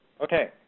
Okay